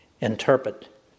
interpret